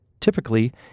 Typically